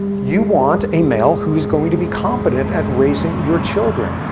you want a male who is going to be competent at raising your children.